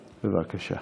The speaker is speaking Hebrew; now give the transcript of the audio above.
בבקשה.